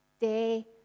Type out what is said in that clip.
day